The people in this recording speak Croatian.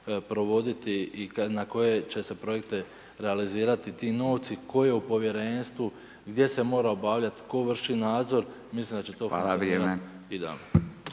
i na koje će se projekte realizira ti novci, tko je u povjerenstvu, gdje se mora obavljati, tko vrši nadzor mislim da će to funkcionirati